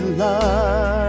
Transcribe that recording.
life